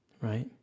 right